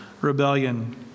rebellion